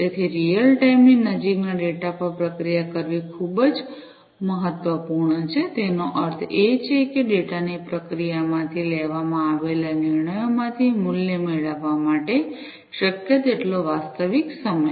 તેથી real time ની નજીકના ડેટા પર પ્રક્રિયા કરવી ખૂબ જ મહત્વપૂર્ણ છે તેનો અર્થ એ છે કે ડેટાની પ્રક્રિયામાંથી લેવામાં આવેલા નિર્ણયોમાંથી મૂલ્ય મેળવવા માટે શક્ય તેટલો વાસ્તવિક સમય